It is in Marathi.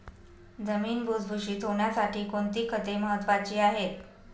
जमीन भुसभुशीत होण्यासाठी कोणती खते महत्वाची आहेत?